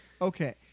Okay